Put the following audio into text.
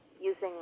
using